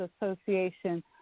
Association